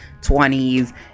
20s